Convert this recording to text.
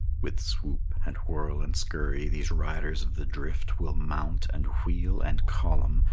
with swoop and whirl and scurry, these riders of the drift will mount and wheel and column,